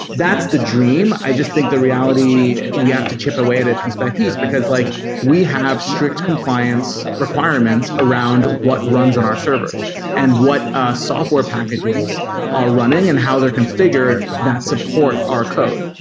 that's the dream. i just think the reality, we have to chip away at it piece by piece, because like we have strict compliance requirements around what runs on our servers and what ah software packages are running and how they are configured that support our code.